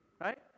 right